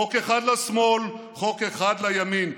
חוק אחד לשמאל, חוק אחד לימין.